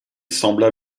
sembla